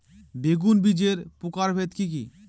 বেগুন বীজের প্রকারভেদ কি কী?